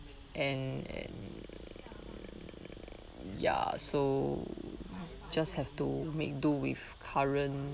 and and ya so just have to make do with current